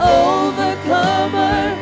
overcomer